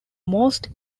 most